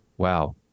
wow